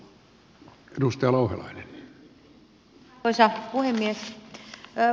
arvoisa puhemies